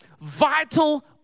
vital